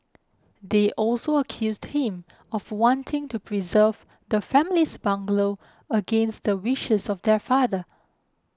they also accused him of wanting to preserve the family's bungalow against the wishes of their father